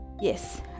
Yes